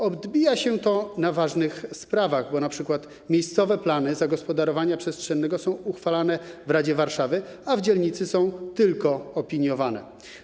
Odbija się to na ważnych sprawach, bo np. miejscowe plany zagospodarowania przestrzennego są uchwalane w radzie Warszawy, a w dzielnicy są tylko opiniowane.